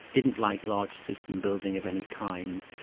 didn't like large system-building of any kind,